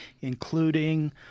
including